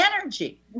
energy